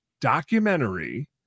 documentary